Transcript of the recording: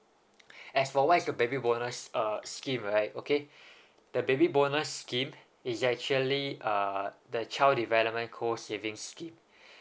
as for what is the baby bonus uh scheme right okay the baby bonus scheme is actually uh the child development co savings scheme